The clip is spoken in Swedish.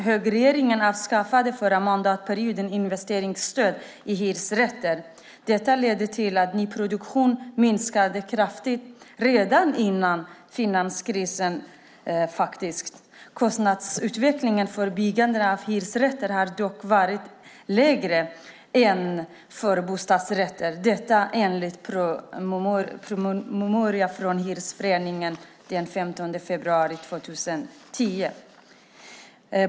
Högerregeringen avskaffade förra mandatperioden investeringsstöd till hyresrätter. Detta ledde till att nyproduktionen minskade kraftigt redan före finanskrisen. Kostnaderna för byggande av hyresrätter har dock varit lägre än kostnaderna för bostadsrätter, detta enligt en promemoria från Hyresgästföreningen den 15 februari 2010.